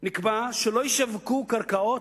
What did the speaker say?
נקבע שלא ישווקו קרקעות,